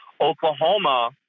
Oklahoma—